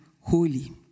holy